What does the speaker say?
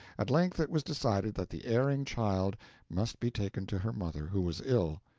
at length it was decided that the erring child must be taken to her mother, who was ill,